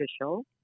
official